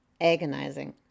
agonizing